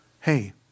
Hey